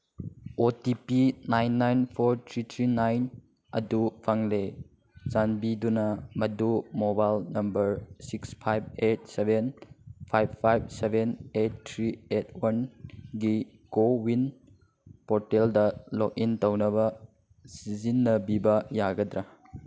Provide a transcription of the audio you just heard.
ꯑꯣ T P nine nine four three three nine ꯑꯗꯨ ꯐꯪꯂꯦ ꯆꯥꯟꯕꯤꯗꯨꯅ ꯃꯗꯨ mobile number six five eight seven five five seven eight three eight ꯋꯥꯟꯒꯤ CoWIN ꯄꯣꯔꯇꯦꯜꯗ ꯂꯣꯛꯏꯟ ꯇꯧꯅꯕ ꯁꯤꯖꯤꯟꯅꯕꯤꯕ ꯌꯥꯒꯗ꯭ꯔꯥ